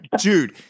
Dude